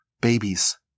babies